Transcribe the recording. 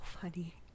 funny